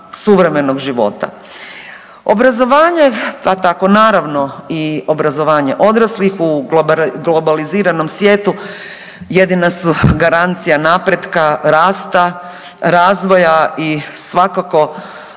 Obrazovanje, pa tako naravno i obrazovanje odraslih u globaliziranom svijetu jedina su garancija napretka, rasta, razvoja i svakako što